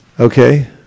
Okay